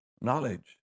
knowledge